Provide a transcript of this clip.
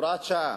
הוראת שעה.